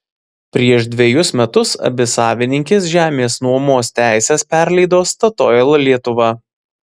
prieš dvejus metus abi savininkės žemės nuomos teises perleido statoil lietuva